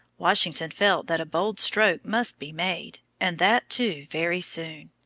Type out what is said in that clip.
washington felt that a bold stroke must be made, and that too very soon.